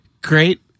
Great